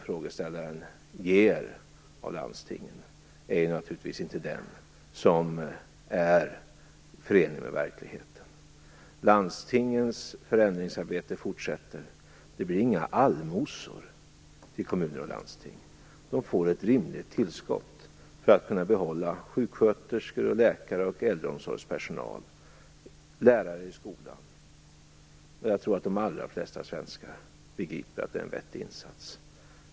Frågeställarens beskrivning av landstingen är naturligtvis inte förenlig med verkligheten. Landstingens förändringsarbete fortsätter. Det blir inga "allmosor" till kommuner och landsting, utan de får ett rimligt tillskott för att kunna behålla sjuksköterskor, läkare och äldreomsorgspersonal liksom lärare i skolan. Jag tror att de allra flesta svenskar begriper att det är en vettig insats.